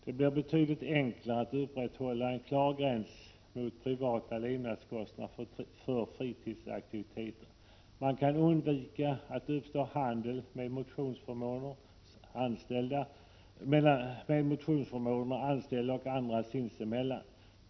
Det blir betydligt enklare att upprätthålla en klar gräns mot privata levnadskostnader för fritidsaktiviteter. Man kan undvika att det uppstår handel med motionsförmånerna anställda och andra sinsemellan.